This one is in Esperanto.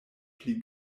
pli